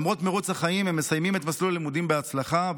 למרות מרוץ החיים הם מסיימים את מסלול הלימודים בהצלחה,